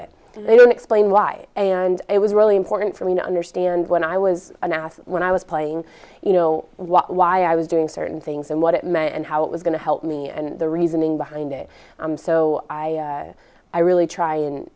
but they don't explain why and it was really important for me to understand when i was an ass when i was playing you know what why i was doing certain things and what it meant and how it was going to help me and the reasoning behind it so i i really try